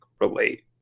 relate